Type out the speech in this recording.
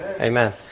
Amen